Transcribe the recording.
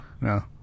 No